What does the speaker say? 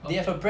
okay